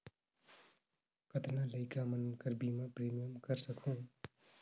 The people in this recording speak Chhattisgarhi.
कतना लइका मन कर बीमा प्रीमियम करा सकहुं?